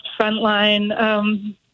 frontline